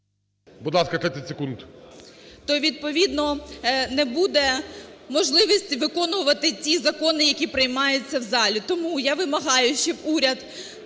Будь ласка, 30 секунд.